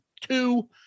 two